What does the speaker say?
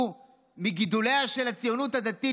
שהוא מגידוליה של הציונות הדתית,